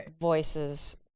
voices